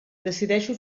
decideixo